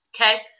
Okay